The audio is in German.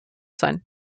sein